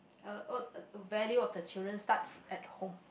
uh oh value of the children start at home